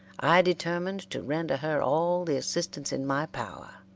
i determined to render her all the assistance in my power,